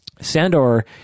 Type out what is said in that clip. Sandor